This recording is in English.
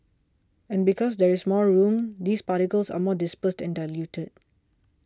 and because there is more room these particles are more dispersed and diluted